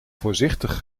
voorzichtig